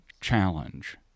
challenge